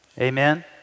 Amen